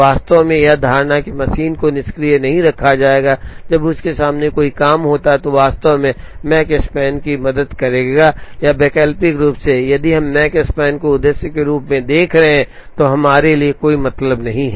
वास्तव में यह धारणा कि मशीन को निष्क्रिय नहीं रखा जाएगा जब उसके सामने कोई काम होता है तो वास्तव में माकस्पन की मदद करेगा या वैकल्पिक रूप से यदि हम मकस्पान को उद्देश्य के रूप में देख रहे हैं तो हमारे लिए कोई मतलब नहीं है